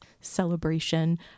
celebration